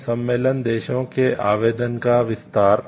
भारत में सम्मेलन देशों के आवेदन का विस्तार